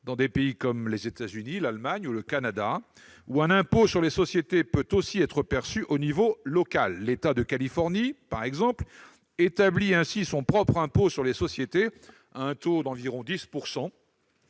dans d'autres pays comme les États-Unis, l'Allemagne ou le Canada, où un impôt sur les sociétés peut aussi être perçu à l'échelon local. L'État de Californie a ainsi établi son propre impôt sur les sociétés à un taux d'environ 10